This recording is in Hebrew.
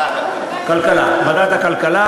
חבר הכנסת יוגב, מוטי ידידי, שוב תודה על ההדגשה.